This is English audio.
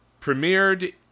premiered